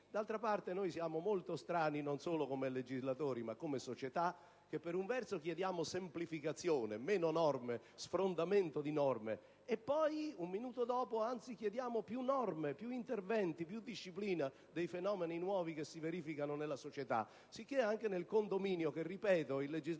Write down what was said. D'altra parte, siamo molto strani, non solo come legislatori ma come società, in quanto per un verso chiediamo semplificazione, meno norme, sfrondamento di norme, e un minuto dopo chiediamo più norme, più interventi, più disciplina dei fenomeni nuovi che si verificano nella società. Dunque, anche per il condominio, che - ripeto - il legislatore